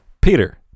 Peter